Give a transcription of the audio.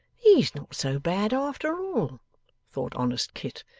he's not so bad after all thought honest kit,